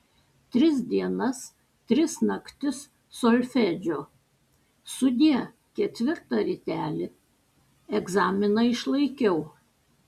tris dienas tris naktis solfedžio sudie ketvirtą rytelį egzaminą išlaikiau